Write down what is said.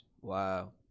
Wow